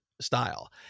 style